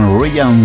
Ryan